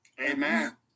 Amen